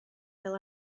fel